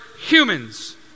humans